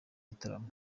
gitaramo